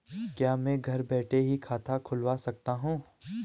क्या मैं घर बैठे ही खाता खुलवा सकता हूँ?